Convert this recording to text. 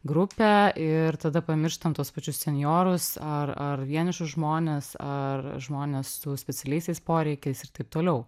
grupę ir tada pamirštam tuos pačius senjorus ar ar vienišus žmones ar žmones su specialiaisiais poreikiais ir taip toliau